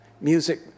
music